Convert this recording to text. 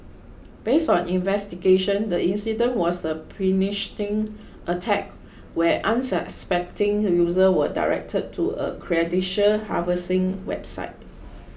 based on investigations the incident was a phishing attack where unsuspecting users were directed to a credential harvesting website